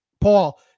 Paul